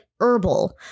herbal